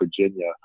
Virginia